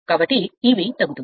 కాబట్టి Eb తగ్గుతోంది